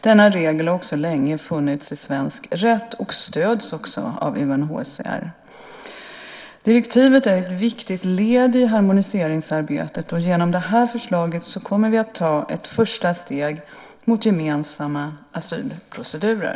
Denna regel har funnits länge i svensk rätt och stöds också av UNHCR. Direktivet är ett viktigt led i harmoniseringsarbetet, och genom det här förslaget kommer vi att ta ett första steg mot gemensamma asylprocedurer.